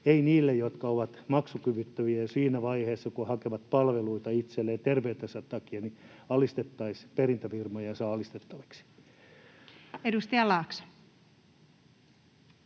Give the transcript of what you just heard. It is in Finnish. niitä, jotka ovat maksukyvyttömiä jo siinä vaiheessa, kun hakevat palveluita itselleen terveytensä takia, perintäfirmojen saalistettaviksi. Edustaja Laakso.